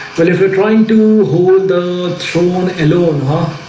well, if you're trying to hold the phone in omaha